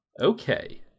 Okay